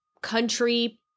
country